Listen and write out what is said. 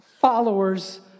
followers